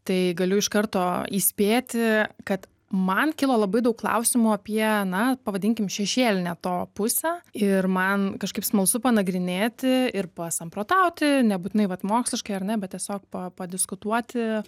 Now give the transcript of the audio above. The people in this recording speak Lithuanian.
tai galiu iš karto įspėti kad man kilo labai daug klausimų apie na pavadinkim šešėlinę to pusę ir man kažkaip smalsu panagrinėti ir pasamprotauti nebūtinai vat moksliškai ar ne bet tiesiog pa padiskutuoti